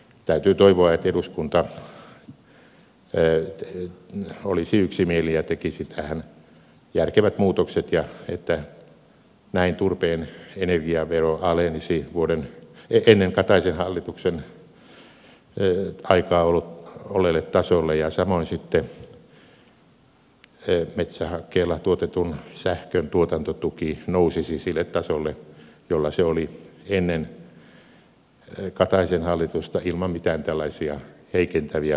täytyy toivoa että eduskunta olisi yksimielinen ja tekisi tähän järkevät muutokset ja että näin turpeen energiavero alenisi ennen kataisen hallituksen aikaa olleelle tasolle ja samoin sitten metsähakkeella tuotetun sähkön tuotantotuki nousisi sille tasolle jolla se oli ennen kataisen hallitusta ilman mitään tällaisia heikentäviä perustemuutoksia